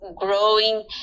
growing